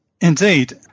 Indeed